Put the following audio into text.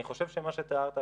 אני חושב שמה שתיארת,